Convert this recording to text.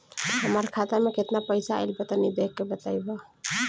हमार खाता मे केतना पईसा आइल बा तनि देख के बतईब?